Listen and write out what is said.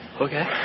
Okay